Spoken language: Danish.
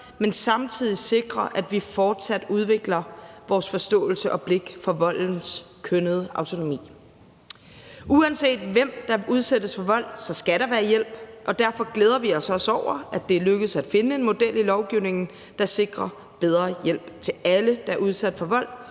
men samtidig sikrer, at vi fortsat udvikler vores forståelse og blik for voldens kønnede autonomi. Uanset hvem der udsættes for vold, skal der være hjælp, og derfor glæder vi os også over, at det er lykkedes at finde en model i lovgivningen, der sikrer bedre hjælp til alle, der er udsat for vold,